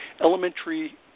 elementary